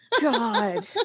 god